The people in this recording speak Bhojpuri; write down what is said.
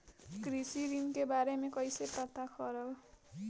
कृषि ऋण के बारे मे कइसे पता करब?